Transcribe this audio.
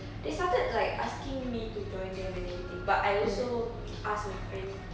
they started like asking me like to join them and everything but I also ask my friend